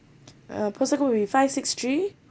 uh postcode with five six three